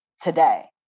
Today